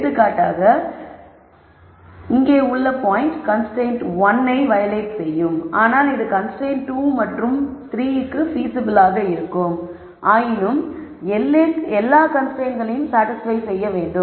எடுத்துக்காட்டாக இங்கே உள்ள பாயிண்ட் கன்ஸ்ரைன்ட் 1 வயலேட் செய்யும் ஆனால் இது கன்ஸ்ரைன்ட் 2 மற்றும் 3 ற்கு பீசிபிலாக இருக்கும் ஆயினும் எல்லா கன்ஸ்ரைன்ட்டைகளும் சாடிஸ்பய் செய்ய வேண்டும்